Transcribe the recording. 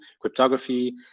cryptography